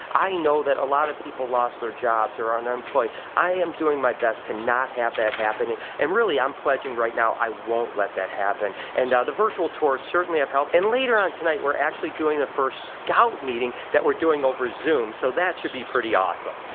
i know that a lot of people lost their jobs or are under employed. i'm doing my best to not have that happen. and really, i'm pledging right now, i won't let that happen. and the virtual tours certainly have helped. and later on tonight, we're actually doing the first scout meeting that we're doing over zoom. so that should be pretty awesome.